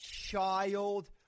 child